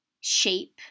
shape